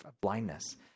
blindness